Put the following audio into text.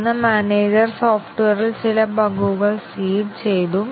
തുടർന്ന് മാനേജർ സോഫ്റ്റ്വെയറിൽ ചില ബഗുകൾ സീഡ് ചെയ്തു